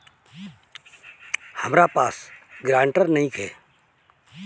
हमरा पास ग्रांटर नइखे?